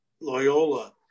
Loyola